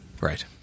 Right